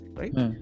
right